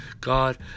God